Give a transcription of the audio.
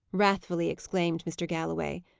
wrathfully exclaimed mr. galloway.